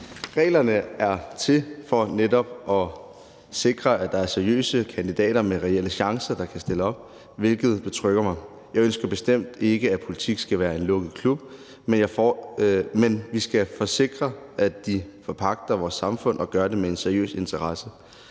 Reglerne er til for netop at sikre, at der er seriøse kandidater med reelle chancer, der kan stille op, hvilket betrygger mig. Jeg ønsker bestemt ikke, at politik skal være en lukket klub, men vi skal sikre, at politikerne forvalter vores samfund og gør det med en seriøs interesse.